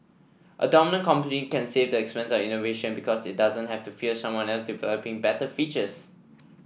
a dominant company can save the expense of innovation because it doesn't have to fear someone else developing better features